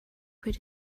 quit